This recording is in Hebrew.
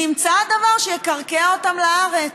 נמצא הדבר שיקרקע אותם לארץ.